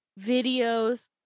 videos